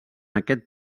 aquest